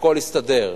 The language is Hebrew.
הכול יסתדר.